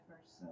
first